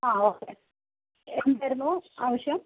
ആഹ് okay എന്തായിരുന്നു ആവശ്യം